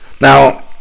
Now